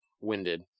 winded